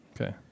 Okay